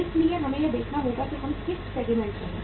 इसलिए हमें यह देखना होगा कि हम किस सेगमेंट में हैं